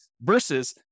versus